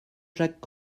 jacques